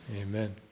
Amen